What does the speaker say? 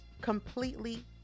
completely